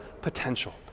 potential